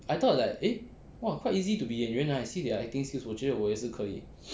I thought like eh !wah! quite easy to be 演员 ah I see their acting skills 我觉得我也是可以